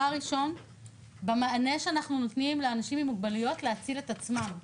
פער ראשון במענה שאנחנו נותנים לאנשים עם מוגבלויות להציל את עצמם.